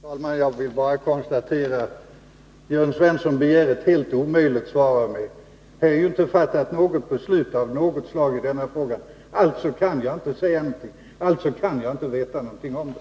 Herr talman! Jag vill bara konstatera att Jörn Svensson begär ett helt omöjligt svar av mig. Det har inte fattats något beslut av något slag i denna fråga. Alltså kan jag ingenting säga — jag kan ju inte veta någonting om det.